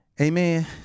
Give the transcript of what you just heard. Amen